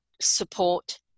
support